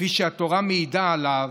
כפי שהתורה מעידה עליו,